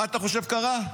מה אתה חושב שקרה?